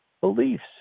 beliefs